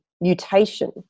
mutation